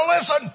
listen